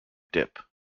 dip